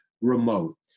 remote